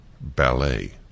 Ballet